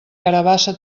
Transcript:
carabassa